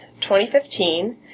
2015